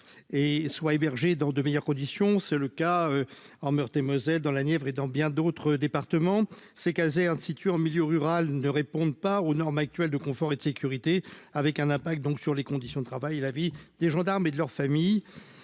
et soit dans de meilleures conditions, c'est le cas en Meurthe-et-Moselle, dans la Nièvre et dans bien d'autres départements ces casernes situées en milieu rural, ne répondent pas aux normes actuelles de confort et de sécurité, avec un impact donc sur les conditions de travail, la vie des gendarmes et de leurs familles